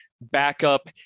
backup